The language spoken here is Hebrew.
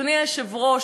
אדוני היושב-ראש,